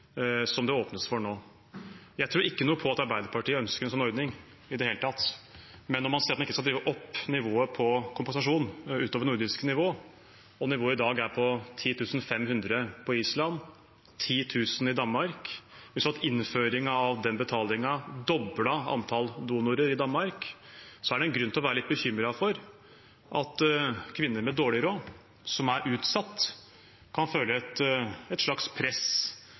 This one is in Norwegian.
som det åpnes for nå. Jeg tror ikke noe på at Arbeiderpartiet ønsker en sånn ordning, ikke i det hele tatt, men når man sier at man ikke skal drive opp nivået på kompensasjonen utover nordisk nivå, og nivået i dag er på 10 500 kr på Island og 10 000 kr i Danmark, og når vi så at innføringen av den betalingen doblet antallet donorer i Danmark, er det grunn til å være litt bekymret for at kvinner med dårlig råd, som er utsatt, kan føle et slags press.